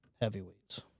Heavyweights